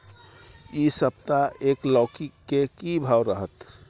इ सप्ताह एक लौकी के की भाव रहत?